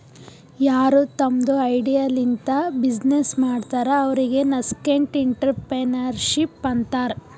ಯಾರು ತಮ್ದು ಐಡಿಯಾ ಲಿಂತ ಬಿಸಿನ್ನೆಸ್ ಮಾಡ್ತಾರ ಅವ್ರಿಗ ನಸ್ಕೆಂಟ್ಇಂಟರಪ್ರೆನರ್ಶಿಪ್ ಅಂತಾರ್